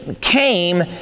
came